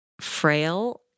frail